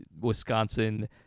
Wisconsin